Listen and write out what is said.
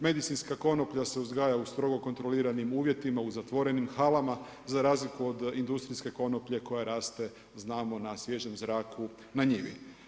Medicinska konoplja se uzgaja u strogo kontroliranim uvjetima, u zatvorenim halama za razliku od industrijske konoplje koja znamo raste na sviježem zraku na njivi.